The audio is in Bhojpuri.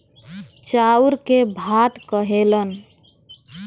चाउर के भात कहेलन